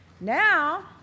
Now